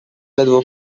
ledwo